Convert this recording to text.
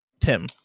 Tim